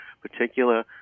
particular